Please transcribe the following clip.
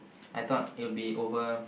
I thought it'll be over